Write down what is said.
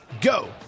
go